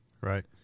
right